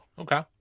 okay